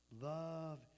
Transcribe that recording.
Love